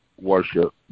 worship